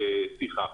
בפתיחה.